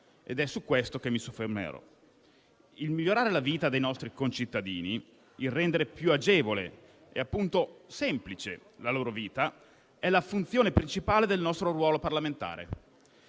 ed è su questo che mi soffermerò. Migliorare la vita dei nostri concittadini, rendere più agevole e, appunto, semplice la loro vita è la funzione principale del nostro ruolo parlamentare.